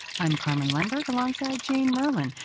i'm karmen lemberg alongside jane muhrlin,